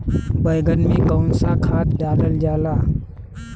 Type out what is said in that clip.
बैंगन में कवन सा खाद डालल जाला?